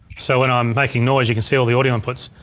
so when i'm making noise you can see all the audio inputs.